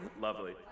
Lovely